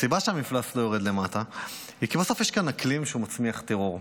הסיבה שהמפלס לא יורד למטה היא שבסוף יש כאן אקלים שמצמיח טרור.